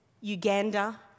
Uganda